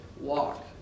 walk